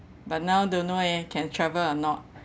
but now don't know eh can travel or not